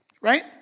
right